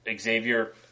Xavier